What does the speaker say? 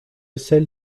celles